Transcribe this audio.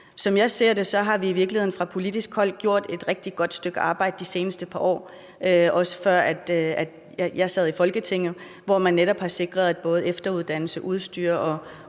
Som jeg ser det, har vi i virkeligheden fra politisk hold gjort et rigtig godt stykke arbejde de seneste par år – også før jeg sad i Folketinget – hvor man netop har sikret, at både efteruddannelse, udstyr og